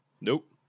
Nope